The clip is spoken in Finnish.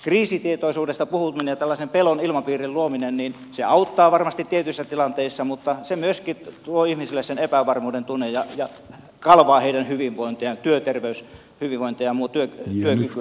kriisitietoisuudesta puhuminen ja tällaisen pelon ilmapiirin luominen auttaa varmasti tietyissä tilanteissa mutta se myöskin tuo ihmiselle sen epävarmuuden tunteen ja kalvaa heidän hyvinvointiaan työterveyshyvinvointia ja työkykyä ja niin edelleen